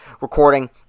recording